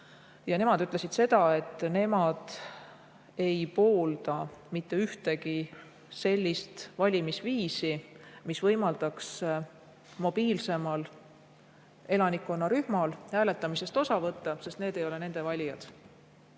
Ja nemad ütlesid, et nemad ei poolda mitte ühtegi sellist valimisviisi, mis võimaldaks mobiilsemal elanikkonnarühmal hääletamisest osa võtta, sest need ei ole nende valijad.